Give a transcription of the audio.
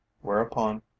whereupon